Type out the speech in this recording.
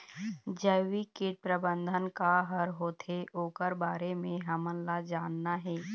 जैविक कीट प्रबंधन का हर होथे ओकर बारे मे हमन ला जानना हे?